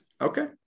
Okay